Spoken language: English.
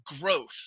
growth